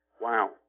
wow